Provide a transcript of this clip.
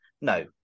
no